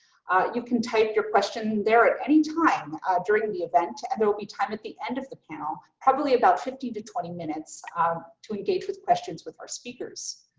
you can type your question there at any time during the event and there will be time at the end of the panel, probably about fifteen to twenty minutes um to engage with questions with our speakers.